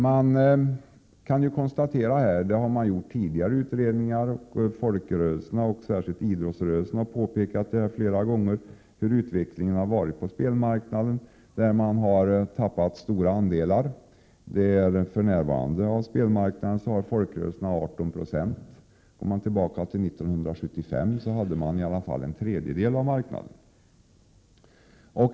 Man kan konstatera — det har man gjort i tidigare utredningar, och folkrörelserna, särskilt idrottsrörelsen, har gjort det flera gånger — hur utvecklingen har varit på spelmarknaden, där folkrörelserna har tappat stora marknadsandelar. För närvarande har folkrörelserna 18 26 av spelmarknaden. År 1975 hade de en tredjedel av marknaden.